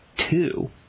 two